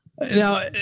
Now